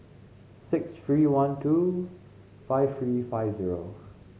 six three one two five three five zero